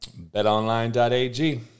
betonline.ag